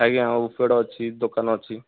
ଆଜ୍ଞା ଓମଫେଡ୍ ଅଛି ଦୋକାନ ଅଛି